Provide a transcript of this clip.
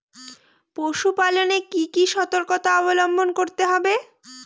পশুপালন এ কি কি সর্তকতা অবলম্বন করতে হবে?